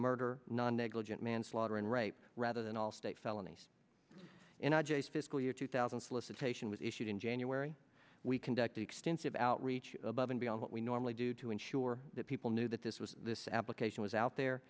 murder non negligent manslaughter and rape rather than all state felonies in i j fiscal year two thousand solicitation was issued in january we conducted extensive outreach above and beyond what we normally do to ensure that people knew that this was this application was out there